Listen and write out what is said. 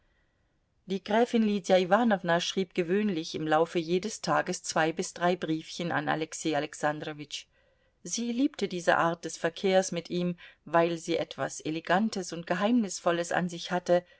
die gräfin lydia iwanowna schrieb gewöhnlich im laufe jedes tages zwei bis drei briefchen an alexei alexandrowitsch sie liebte diese art des verkehrs mit ihm weil sie etwas elegantes und geheimnisvolles an sich hatte